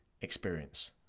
experience